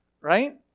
right